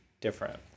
different